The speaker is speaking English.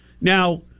Now